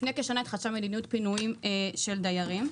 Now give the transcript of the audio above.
לפני כשנה התחדשה מדיניות פינויים של דיירים.